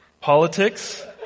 Politics